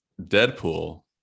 Deadpool